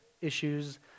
issues